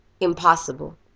impossible